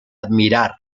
admirar